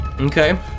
Okay